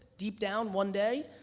deep down one day,